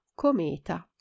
cometa